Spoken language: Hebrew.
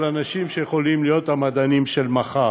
אנשים שיכולים להיות המדענים של מחר,